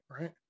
right